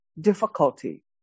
difficulty